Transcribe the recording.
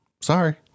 sorry